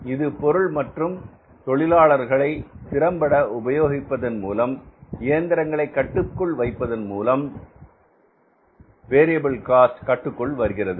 இது பொருள் மற்றும் தொழிலாளர்களை திறம்பட உபயோகிப்பதன் மூலமும் இயந்திரங்களை கட்டுக்குள் வைப்பதன் மூலமும் வேரியபில் காஸ்ட் கட்டுக்குள் வருகிறது